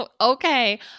Okay